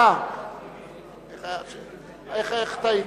איך טעיתי?